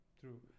True